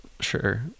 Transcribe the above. Sure